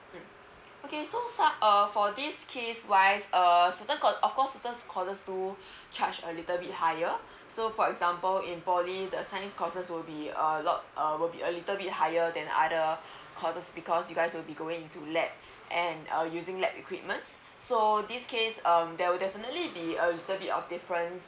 okay so uh for this case wise err certain cour~ of course certain course do charge a little bit higher so for example in poly the science courses will be uh lot a will be a little bit higher than other courses because you guys will be going to lab and uh using lab equipment so this case um there will definitely be a little bit of different